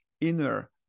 inner